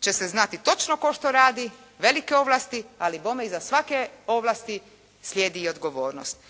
će se znati točno tko što radi, velike ovlasti, ali bome iza svake ovlasti slijedi i odgovornost.